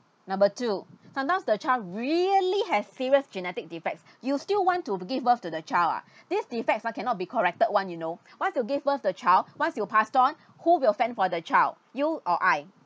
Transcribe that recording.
number two sometimes the child really have serious genetic defects you still want to give birth to the child ah this defects ah cannot be corrected [one] you know once you give birth the child once you passed on who will fend for the child you or I